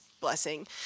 blessing